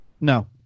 No